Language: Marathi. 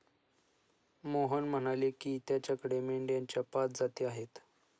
मोहन म्हणाले की, त्याच्याकडे मेंढ्यांच्या पाच जाती आहेत